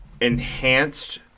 enhanced